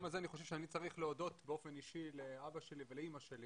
אני חושב שביום הזה אני צריך להודות באופן אישי לאבא ואימא שלי